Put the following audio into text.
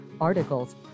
articles